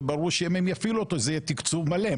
וברור שאם הם יפעילו אותו זה יהיה תקצוב מלא,